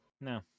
No